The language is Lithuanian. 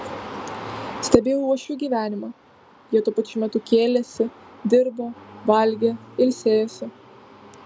stebėjau uošvių gyvenimą jie tuo pačiu metu kėlėsi dirbo valgė ilsėjosi